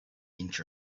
inch